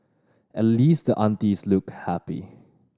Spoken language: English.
at least the aunties looked happy